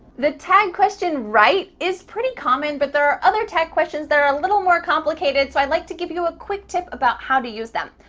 the tag question right, is pretty common, but there are other tag questions that are a little more complicated. so i'd like to give you a quick tip about how to use them.